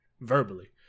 Verbally